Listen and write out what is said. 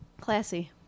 Classy